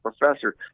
professor